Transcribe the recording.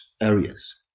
areas